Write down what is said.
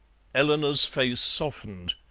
eleanor's face softened.